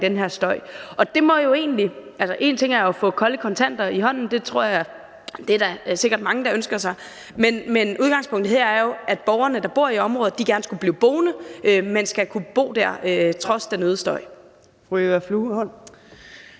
den her støj. Én ting er at få kolde kontanter i hånden, og det tror jeg der sikkert er mange der ønsker sig, men udgangspunktet her er jo, at borgerne, der bor i området, gerne skulle blive boende, men skal kunne bo der trods den øgede støj. Kl. 15:56 Fjerde